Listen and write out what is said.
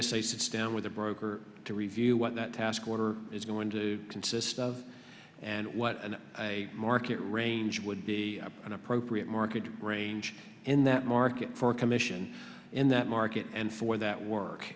a sits down with the broker to review what that task order is going to consist of and what a market range would be an appropriate market range in that market for a commission in that market and for that work